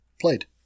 Played